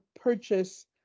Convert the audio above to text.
purchase